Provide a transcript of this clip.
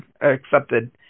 accepted